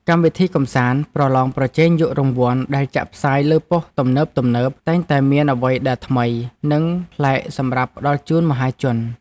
កម្មវិធីកម្សាន្តប្រឡងប្រជែងយករង្វាន់ដែលចាក់ផ្សាយលើប៉ុស្តិ៍ទំនើបៗតែងតែមានអ្វីដែលថ្មី និងប្លែកសម្រាប់ផ្តល់ជូនមហាជន។